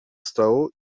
stołu